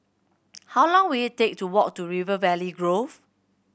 how long will it take to walk to River Valley Grove